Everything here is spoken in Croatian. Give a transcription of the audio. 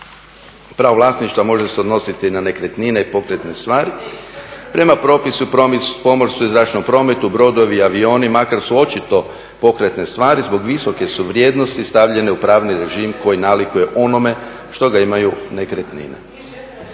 Pravo vlasništva može se odnositi na nekretnine i pokretne stvari. Prema propisu pomorstvu i zračnom prometu, brodovi, avioni makar su očito pokretne stvari zbog visoke su vrijednosti stavljene u pravni režim koji nalikuje onome što ga imaju nekretnine.